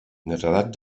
netedat